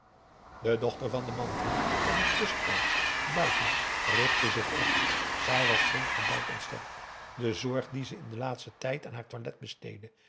de dochter van den mantri op een kustplaats buiten richtte zich op zij was flink gebouwd en sterk de zorg die ze in den laatsten tijd aan haar toilet besteedde